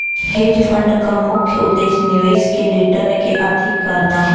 hedge fund क मुख्य उद्देश्य निवेश के रिटर्न के अधिक करना हौ